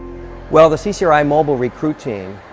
well, the ccri mobile recruit team,